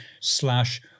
slash